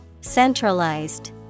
Centralized